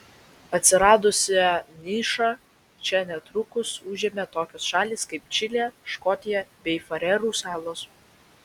atsiradusią nišą čia netrukus užėmė tokios šalys kaip čilė škotija bei farerų salos